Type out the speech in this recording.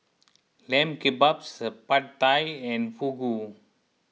Lamb Kebabs Pad Thai and Fugu